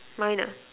mine ah